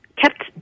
kept